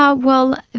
ah well,